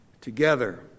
together